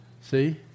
See